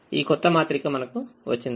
ఈ కొత్త మాత్రిక మనకు వచ్చింది